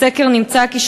בסקר נמצא כי,